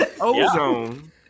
ozone